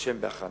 או שהן בהכנה.